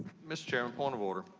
mr. chairman, point of order.